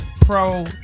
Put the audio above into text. pro